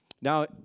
Now